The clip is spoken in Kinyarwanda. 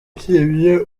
usibye